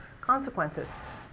consequences